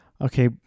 Okay